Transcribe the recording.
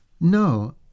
No